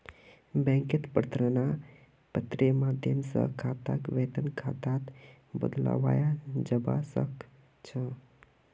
बैंकत प्रार्थना पत्रेर माध्यम स खाताक वेतन खातात बदलवाया जबा स ख छ